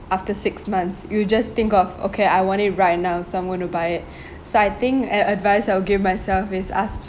after six months you just think of okay I want it right now so I'm gonna buy it so I think a advice I will give myself is ask